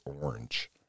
orange